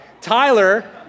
Tyler